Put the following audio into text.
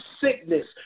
sickness